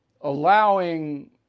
allowing